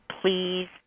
please